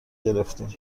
گرفتیم